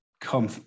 come